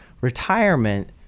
retirement